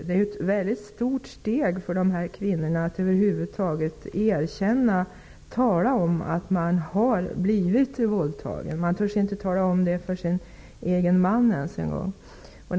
Det är ju ett väldigt stort steg för de här kvinnorna att över huvud taget erkänna, tala om att de har blivit våldtagna. De törs inte tala om det för sina män ens en gång.